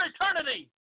eternity